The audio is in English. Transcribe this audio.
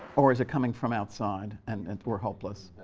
or is it coming from outside, and we're hopeless?